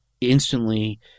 instantly